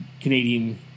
Canadian